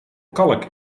kalk